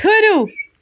ٹھٕہرِو